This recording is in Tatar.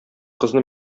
кызны